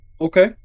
Okay